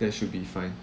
that should be fine